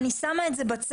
אני שמה את זה בצד,